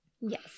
Yes